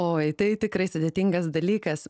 oi tai tikrai sudėtingas dalykas